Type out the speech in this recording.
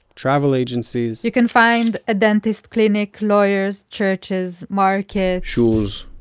travel agencies. you can find a dentist clinic, lawyers, churches, market jewels,